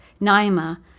Naima